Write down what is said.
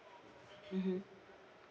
mmhmm